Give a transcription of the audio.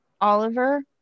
oliver